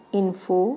info